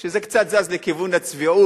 כשזה קצת זז לכיוון הצביעות